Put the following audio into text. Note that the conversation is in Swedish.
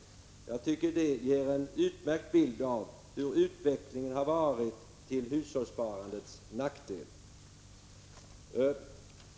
Jag tycker det ger en utmärkt bild av hur utvecklingen har varit till hushållssparandets nackdel.